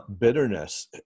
bitterness